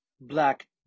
black